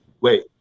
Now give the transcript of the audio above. Wait